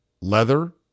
leather